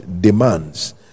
demands